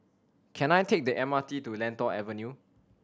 can I take the M R T to Lentor Avenue